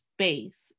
space